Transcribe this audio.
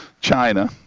china